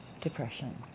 depression